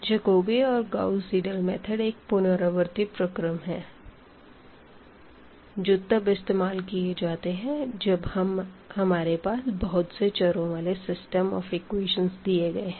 Jacobi और Gauss Seidel method एक iterative method है जो तब इस्तेमाल किए जाते हैं जब हमारे पास बहुत से वेरीअबलस वाले सिस्टम ऑफ़ एक्वेशन्स दिया गया है